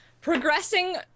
progressing